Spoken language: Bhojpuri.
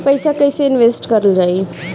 पैसा कईसे इनवेस्ट करल जाई?